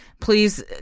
please